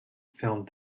filmed